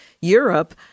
Europe